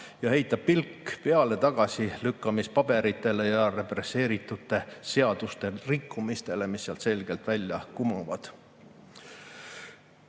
heita pilgu peale tagasilükkamispaberitele ja represseeritute seaduste rikkumistele, mis sealt selgelt välja kumavad.